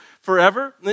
forever